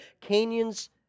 canyons